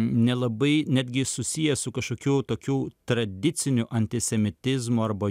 nelabai netgi susiję su kažkokiu tokiu tradiciniu antisemitizmu arba